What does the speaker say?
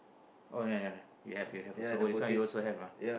oh ya ya ya you have you have also oh this one you also have ah